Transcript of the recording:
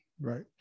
Right